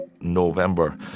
November